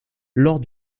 lors